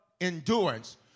Endurance